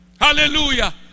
Hallelujah